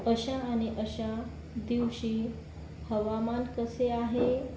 अशा आणि अशा दिवशी हवामान कसे आहे